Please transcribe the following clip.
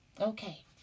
Okay